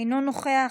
אינו נוכח.